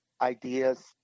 ideas